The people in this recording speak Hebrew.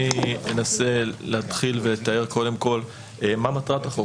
אני אנסה להתחיל לתאר מה מטרת החוק.